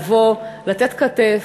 לבוא לתת כתף,